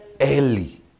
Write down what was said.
Early